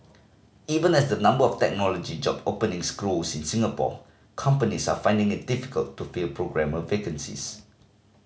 even as the number of technology job openings grows in Singapore companies are finding it difficult to fill programmer vacancies